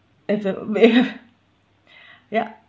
if you yup